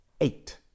Eight